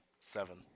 seven